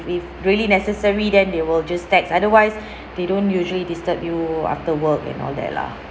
if really necessary then they will just text otherwise they don't usually disturb you after work and all that lah